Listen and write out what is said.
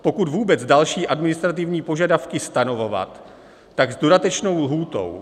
Pokud vůbec další administrativní požadavky stanovovat, tak s dodatečnou lhůtou.